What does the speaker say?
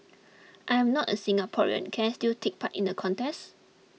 I am not a Singaporean can I still take part in the contest